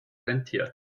rentiert